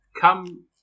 come